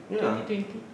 twenty twenty